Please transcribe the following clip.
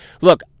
Look